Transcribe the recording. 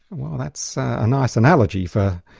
well, that's a nice analogy for